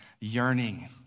yearning